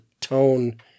tone